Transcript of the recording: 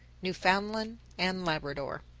newfoundland and labrador.